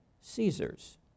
Caesar's